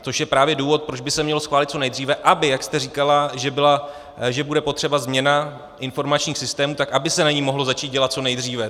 Což je právě důvod, proč by se měl schválit co nejdříve, aby, jak jste říkala, že bude potřeba změna informačních systémů, aby se na ní mohlo začít dělat co nejdříve.